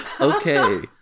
Okay